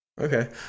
Okay